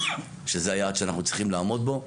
שזה היעד שאנחנו צריכים לעמוד בו,